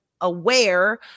aware